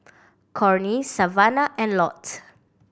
Cornie Savannah and Lott